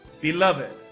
Beloved